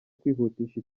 kwihutisha